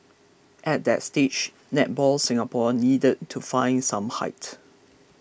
at that stage Netball Singapore needed to find some height